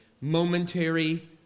momentary